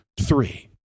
three